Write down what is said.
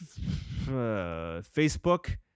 Facebook